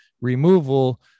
removal